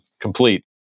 complete